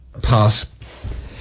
Pass